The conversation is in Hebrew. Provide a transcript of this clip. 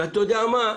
ואתה יודע מה?